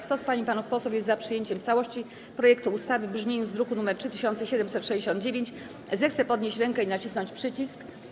Kto z pań i panów posłów jest za przyjęciem w całości projektu ustawy w brzmieniu z druku nr 3769, zechce podnieść rękę i nacisnąć przycisk.